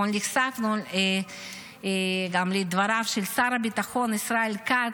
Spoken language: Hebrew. אתמול נחשפנו גם לדבריו של שר הביטחון ישראל כץ,